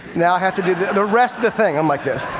now, i have to do the rest of the thing um like this.